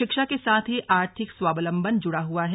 शिक्षा के साथ ही आर्थिक स्वावलंबन जुड़ा हुआ है